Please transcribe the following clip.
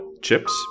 chips